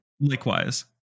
likewise